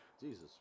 Jesus